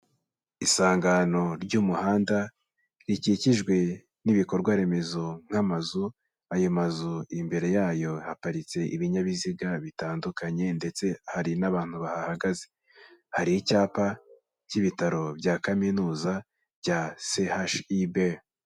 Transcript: Isangano ry'umuhanda rikikijwe n'ibikorwa remezo nk'amazu, ayo mazu imbere yayo haparitse ibinyabiziga bitandukanye ndetse hari n'abantu bahahagaze, hari icyapa cy'ibitaro bya kaminuza bya CHUB.